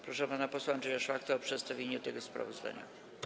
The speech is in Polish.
Proszę pana posła Andrzeja Szlachtę o przedstawienie tego sprawozdania.